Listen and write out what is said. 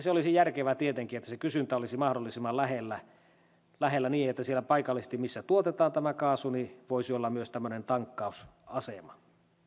se olisi järkevää tietenkin että se kysyntä olisi mahdollisimman lähellä lähellä niin että siellä paikallisesti missä tuotetaan tämä kaasu voisi olla myös tämmöinen tankkausasema